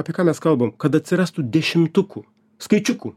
apie ką mes kalbam kad atsirastų dešimtukų skaičiukų